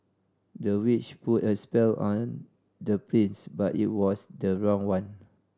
the witch put a spell on the prince but it was the wrong one